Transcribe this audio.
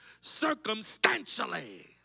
circumstantially